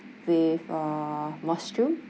with uh mushroom